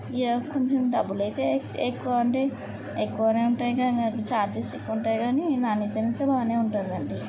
ఇక కొంచెం డబ్బులకి అయితే ఎక్కువ అంటే ఎక్కువనే ఉంటాయి కానీ ఛార్జెస్ ఎక్కువ ఉంటాయి కానీ నాణ్యత అయితే బాగానే ఉంటుంది అండి